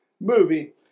movie